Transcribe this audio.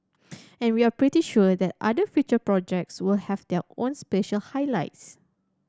and we are pretty sure that other future projects will have their own special highlights